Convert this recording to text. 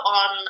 on